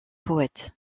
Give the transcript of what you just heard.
poète